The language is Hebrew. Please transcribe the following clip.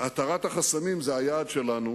התרת החסמים זה היעד שלנו